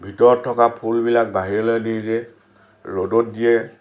ভিতৰত থকা ফুলবিলাক বাহিৰলৈ লৈ দিয়ে ৰ'দত দিয়ে